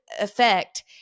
effect